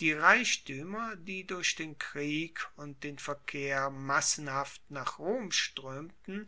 die reichtuemer die durch den krieg und den verkehr massenhaft nach rom stroemten